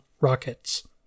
rockets